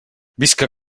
visca